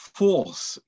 force